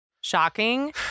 shocking